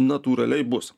natūraliai bus